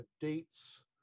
dates